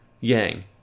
Yang